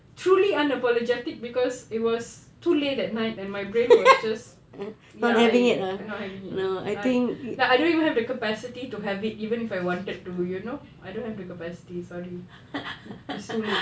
truly unapologetic cause it was too late at night and my brain was just ya not having it like I don't even have the capacity to have it even if I wanted to you know I don't have the capacity sorry it's too late